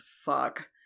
fuck